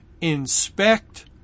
inspect